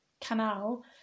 canal